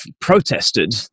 protested